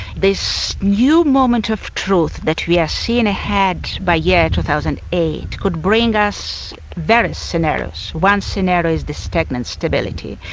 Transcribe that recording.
this new moment of truth that we are seeing ahead by year two thousand and eight could bring us various scenarios. one scenario is the stagnant stability,